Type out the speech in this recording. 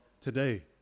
today